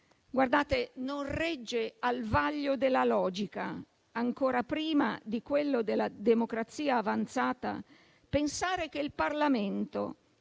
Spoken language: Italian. altro. Non regge al vaglio della logica, ancora prima di quello della democrazia avanzata, pensare che il Parlamento,